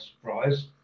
surprise